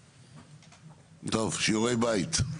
טוב, שיעורי בית.